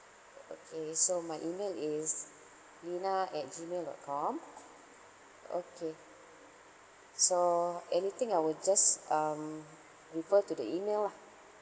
okay so my email is lina at gmail dot com okay so anything I will just um refer to the email lah